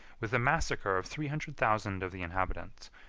with the massacre of three hundred thousand of the inhabitants,